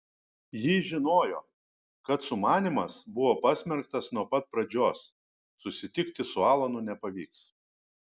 ji žinojo kad sumanymas buvo pasmerktas nuo pat pradžios susitikti su alanu nepavyks